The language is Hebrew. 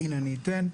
הנה אני אתן,